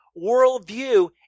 worldview